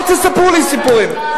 אל תספרו לי סיפורים.